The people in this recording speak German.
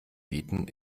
bieten